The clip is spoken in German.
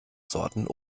sorten